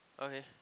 okay